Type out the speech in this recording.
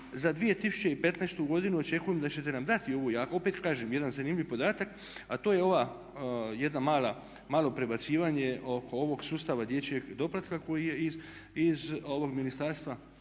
za 2015. godinu očekujem da ćete nam dati, ja opet kažem jedan zanimljiv podatak a to je ova, jedno malo prebacivanje oko ovog sustava dječjeg doplatka koji je iz ovog Ministarstva